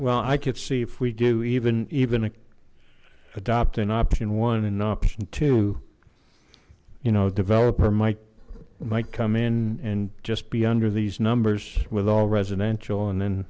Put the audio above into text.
well i could see if we do even even adopt an option one and option two you know developer might might come in and just be under these numbers with all residential and then